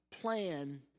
plan